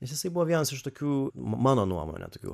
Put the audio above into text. jisai buvo vienas iš tokių mano nuomone tokių